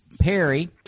Perry